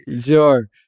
Sure